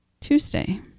Tuesday